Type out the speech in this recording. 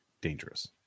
dangerous